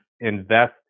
invest